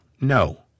No